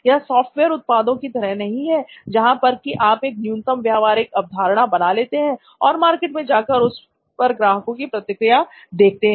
यह सॉफ्टवेयर उत्पादों की तरह नहीं है जहां पर कि आप एक न्यूनतम व्यवहारिक अवधारणा बना लेते हैं और मार्केट में जाकर उस पर ग्राहकों की प्रतिक्रिया देखते हैं